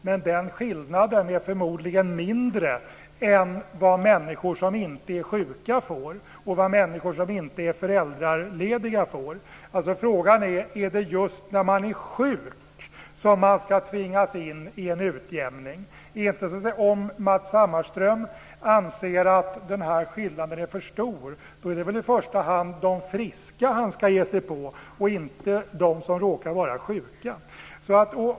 Men den skillnaden är förmodligen mindre än vad människor som inte är sjuka får och inte är föräldralediga får. Frågan är: Är det just när man är sjuk som man ska tvingas in i en utjämning? Om Matz Hammarström anser att skillnaden är för stor är det väl i första hand de friska han ska ge sig på och inte de som råkar vara sjuka?